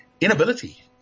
inability